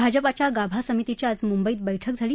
भाजपाच्या गाभा समितीची आज मुंबईत बैठक झाली